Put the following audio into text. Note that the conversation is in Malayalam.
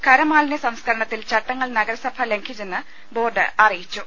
ഖരമാലിന്യ സംസ്ക്കരണത്തിൽ ചട്ടങ്ങൾ നഗരസഭ ലംഘിച്ചെന്ന് ബോർഡ് അറിയിച്ചു